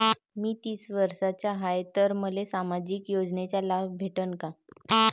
मी तीस वर्षाचा हाय तर मले सामाजिक योजनेचा लाभ भेटन का?